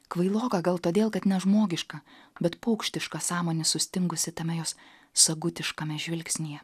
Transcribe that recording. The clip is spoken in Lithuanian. kvailoka gal todėl kad nežmogiška bet paukštiška sąmonė sustingusi tame jos sagutiškame žvilgsnyje